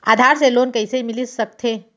आधार से लोन कइसे मिलिस सकथे?